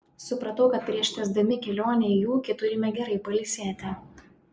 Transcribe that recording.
supratau kad prieš tęsdami kelionę į ūkį turime gerai pailsėti